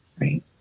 right